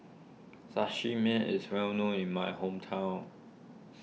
Sashimi is well known in my hometown